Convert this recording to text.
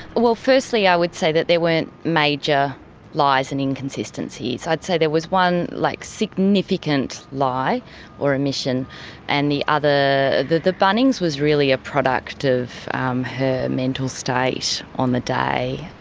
well, firstly i would say that there weren't major lies and inconsistencies. i'd say there was one like significant lie or omission and the other. the the bunnings was really a product of her mental state on the day.